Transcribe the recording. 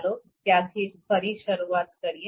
ચાલો ત્યાંથી ફરી શરૂઆત કરીએ